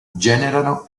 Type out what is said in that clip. generano